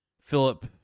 Philip